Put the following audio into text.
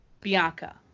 Bianca